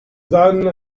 done